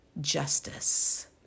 justice